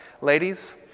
Ladies